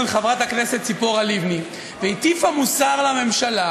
חברת הכנסת צפורה לבני והטיפה מוסר לממשלה